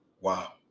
Wow